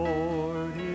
Lord